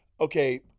Okay